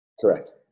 Correct